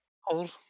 Hold